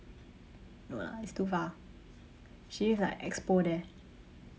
no lah it's too far she live like expo there